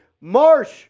Marsh